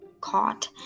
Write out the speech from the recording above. caught